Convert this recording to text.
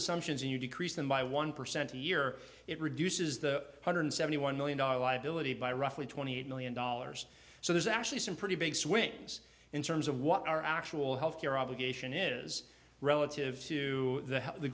assumptions and you decrease them by one percent a year it reduces the hundred seventy one million dollars billeted by roughly twenty eight million dollars so there's actually some pretty big swings in terms of what our actual health care obligation is relative to the